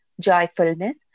joyfulness